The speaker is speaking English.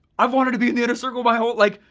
i've wanted to be in the inner circle my whole, like,